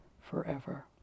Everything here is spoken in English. forever